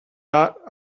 not